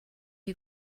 you